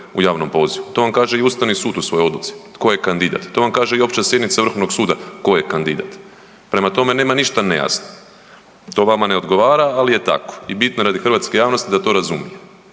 u javnom pozivu, to vam kaže i Ustavni sud u svojoj odluci tko je kandidat, to vam kaže i opća sjednica Vrhovnog suda tko je kandidat. Prema tome, nema ništa nejasno, to vama ne odgovara ali je tako i bitno radi hrvatske javnosti da to razumiju.